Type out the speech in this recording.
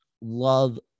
love